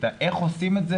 איך עושים את זה?